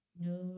No